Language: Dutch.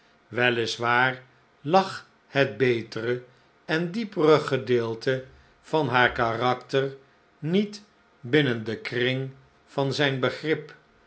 waar lag het betere en diepere gedeelte van haar karakter niet binnen den kring van zijn begrip